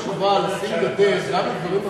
יש חובה לשים גדר גם לדברים,